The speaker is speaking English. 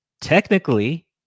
technically